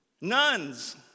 Nuns